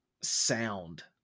sound